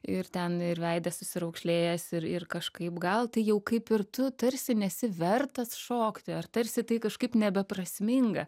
ir ten ir veidas susiraukšlėjęs ir ir kažkaip gal tai jau kaip ir tu tarsi nesi vertas šokti ar tarsi tai kažkaip nebeprasminga